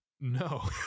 no